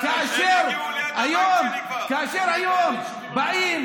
כאשר היום באים,